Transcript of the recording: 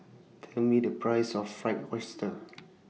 Tell Me The Price of Fried Oyster